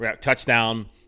touchdown